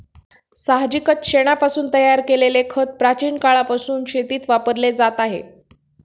साहजिकच शेणापासून तयार केलेले खत प्राचीन काळापासून शेतीत वापरले जात आहे